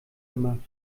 gemacht